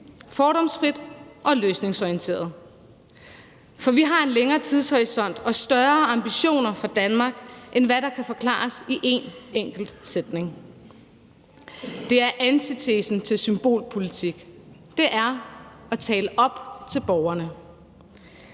mødtes på Zoom uge efter uge. For vi har en længere tidshorisont og større ambitioner for Danmark, end hvad der kan forklares i en enkelt sætning. Det er antitesen til symbolpolitik. Det er at tale op til borgerne.